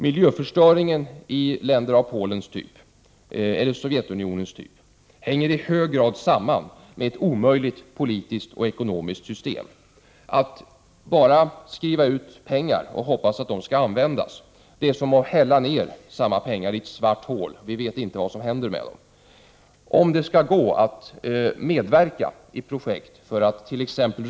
Miljöförstöringen i länder av Polens eller Sovjetunionens typ hänger i hög grad samman med ett omöjligt politiskt och ekonomiskt system. Att bara skriva ut pengar och hoppas att de skall användas är som att hälla ned pengar i ett svart hål — vi vet inte vad som händer med pengarna. Om det skall gå att medverka i projekt för attt.ex.